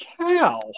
cow